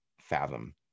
fathom